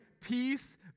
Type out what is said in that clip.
peace